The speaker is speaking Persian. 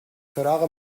سراغ